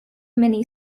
mini